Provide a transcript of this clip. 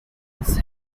its